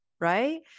right